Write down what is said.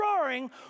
roaring